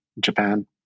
Japan